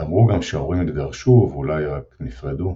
ואמרו גם שההורים התגרשו ואולי רק נפרדו.